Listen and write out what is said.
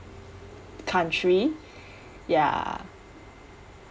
country ya